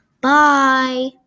Bye